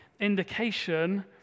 indication